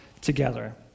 together